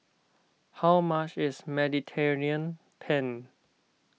how much is Mediterranean Penne